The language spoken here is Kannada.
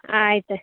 ಆಯ್ತು